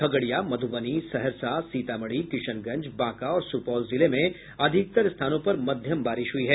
खगड़िया मधुबनी सहरसा सीतामढ़ी किशनगंज बांका और सुपौल जिले में अधिकतर स्थानों पर मध्यम बारिश हुई है